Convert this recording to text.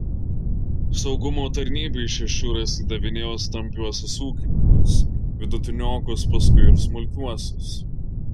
saugumo tarnybai šešuras įdavinėjo stambiuosius ūkininkus vidutiniokus paskui ir smulkiuosius